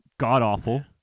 God-awful